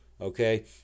okay